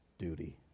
duty